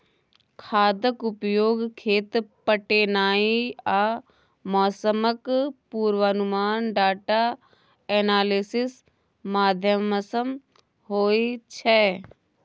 खादक उपयोग, खेत पटेनाइ आ मौसमक पूर्वानुमान डाटा एनालिसिस माध्यमसँ होइ छै